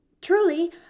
Truly